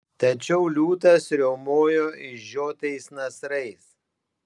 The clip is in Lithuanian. tačiau liūtas riaumojo išžiotais nasrais